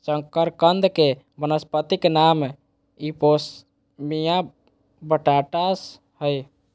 शकरकंद के वानस्पतिक नाम इपोमिया बटाटास हइ